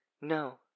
no